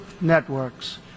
networks